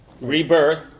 rebirth